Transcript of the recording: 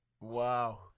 Wow